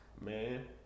Man